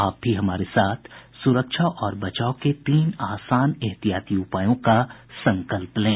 आप भी हमारे साथ सुरक्षा और बचाव के तीन आसान एहतियाती उपायों का संकल्प लें